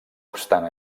obstant